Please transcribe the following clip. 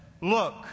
Look